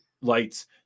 lights